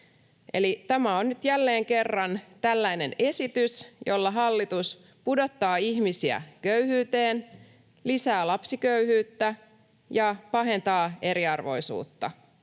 tämä on nyt jälleen kerran tällainen esitys, jolla hallitus pudottaa ihmisiä köyhyyteen, lisää lapsiköyhyyttä ja pahentaa eriarvoisuutta.